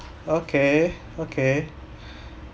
okay okay